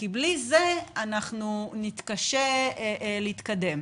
כי בלי זה אנחנו נתקשה להתקדם.